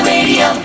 Radio